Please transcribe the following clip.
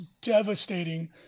devastating